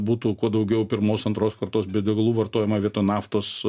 būtų kuo daugiau pirmos antros kartos biodegalų vartojama vietoj naftos